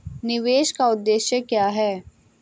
निवेश का उद्देश्य क्या है?